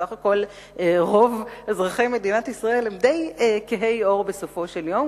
סך הכול רוב אזרחי מדינת ישראל הם די כהי עור בסופו של יום,